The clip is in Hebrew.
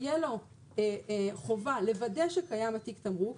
תהיה לו חובה לוודא שקיים תיק התמרוק.